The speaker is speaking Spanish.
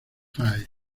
five